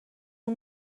اون